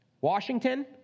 Washington